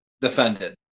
defended